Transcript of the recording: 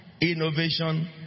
innovation